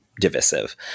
divisive